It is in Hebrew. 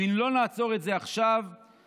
ואם לא נעצור את זה עכשיו ביחד,